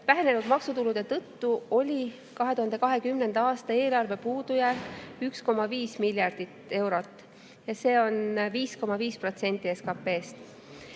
vähenenud maksutulude tõttu oli 2020. aasta eelarve puudujääk 1,5 miljardit eurot, mis on 5,5% SKT-st.